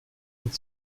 uns